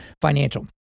Financial